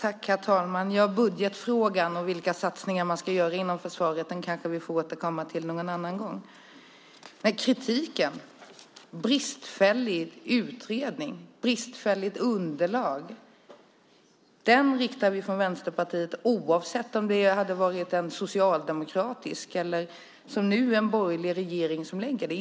Herr talman! Budgetfrågan och vilka satsningar man ska göra inom försvaret kanske vi får återkomma till någon annan gång. Kritiken mot en bristfällig utredning och ett bristfälligt underlag riktar vi från Vänsterpartiet oavsett om det hade varit en socialdemokratisk eller, som nu, en borgerlig regering som lägger fram det.